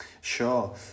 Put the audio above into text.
Sure